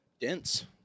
dense